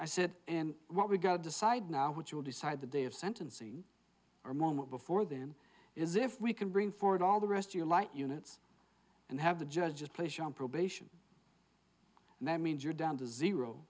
i said and what we've got to decide now which will decide the day of sentencing or moment before them is if we can bring forward all the rest you light units and have the judges pleasure on probation and that means you're down to zero